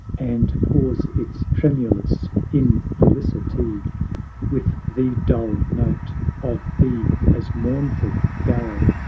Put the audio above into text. and pours its tremulous infelicity with the dull note of the as mournful gale,